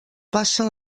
passen